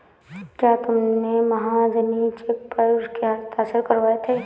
क्या तुमने महाजनी चेक पर उसके हस्ताक्षर करवाए थे?